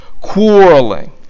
quarreling